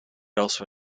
also